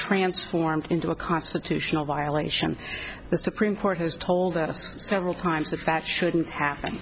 transformed into a constitutional violation the supreme court has told us several times that that shouldn't happen